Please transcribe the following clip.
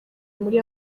muri